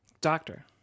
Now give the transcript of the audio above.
Doctor